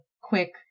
quick